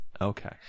Okay